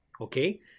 okay